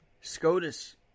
SCOTUS